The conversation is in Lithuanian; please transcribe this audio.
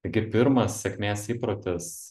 taigi pirmas sėkmės įprotis